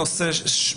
לא נתנו.